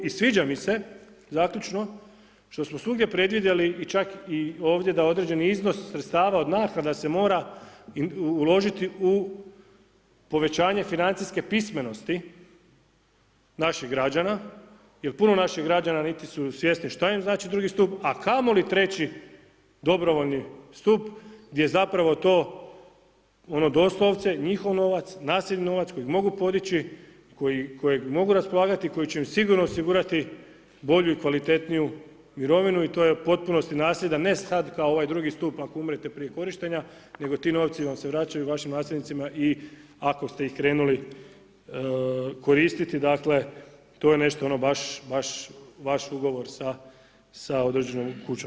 I sviđa mi se zaključno što smo svugdje predvidjeli i čak i ovdje da određeni iznos sredstava od naknada se mora uložiti u povećanje financijske pismenosti naših građana jer puno naših građana niti su svjesni što im znači drugi stup a kamoli treći dobrovoljni stup gdje zapravo to ono doslovce njihov novac, nasljedni novac koji mogu podići, kojeg mogu raspolagati, kojeg mogu raspolagati, koji će im sigurno osigurati bolju i kvalitetniju mirovinu i to je u potpunosti nasljed a ne sad kao ovaj drugi stup ako umrete prije korištenja nego ti novci vam se vraćaju, vašim nasljednicima i ako ste ih krenuli koristiti, dakle to je nešto ono baš, baš vaš ugovor sa određenom kućom.